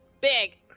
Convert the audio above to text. big